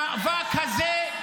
המאבק הזה יתממש.